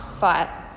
fight